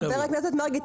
חבר הכנסת מרגי,